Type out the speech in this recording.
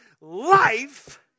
life